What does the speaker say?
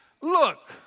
look